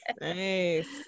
Nice